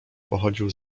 pochodził